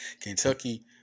Kentucky